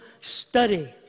study